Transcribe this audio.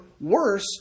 worse